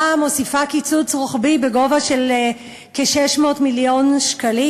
מוסיפה קיצוץ רוחבי בגובה של כ-600 מיליון שקלים,